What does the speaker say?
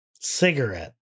Cigarette